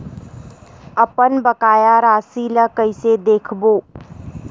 अपन बकाया राशि ला कइसे देखबो?